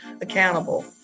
accountable